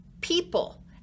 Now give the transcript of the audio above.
people